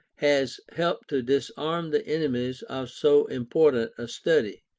has helped to disarm the enemies of so important a study.